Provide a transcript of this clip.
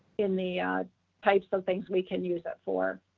in the types of things we can use it for.